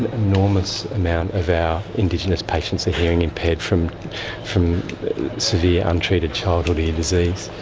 enormous amount of our indigenous patients are hearing impaired from from severe untreated childhood ear disease.